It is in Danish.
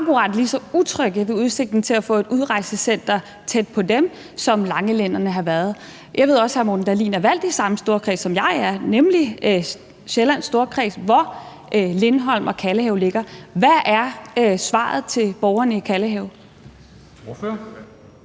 lige så utrygge ved udsigten til at få et udrejsecenter tæt på dem, som langelænderne har været. Jeg ved også, at hr. Morten Dahlin er valgt i samme storkreds, som jeg er, nemlig Sjællands Storkreds, hvor Lindholm og Kalvehave ligger. Hvad er svaret til borgerne i Kalvehave?